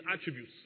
attributes